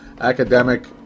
Academic